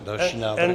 Další návrh.